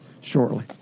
shortly